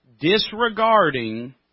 Disregarding